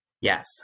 Yes